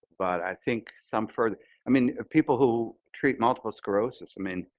but i think some further i mean, people who treat multiple sclerosis, i mean,